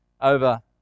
over